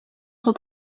entre